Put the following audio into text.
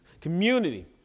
Community